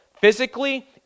Physically